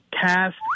cast